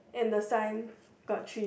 and the sign got three